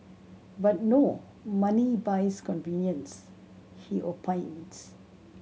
but no money buys convenience he opines